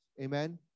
Amen